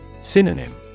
Synonym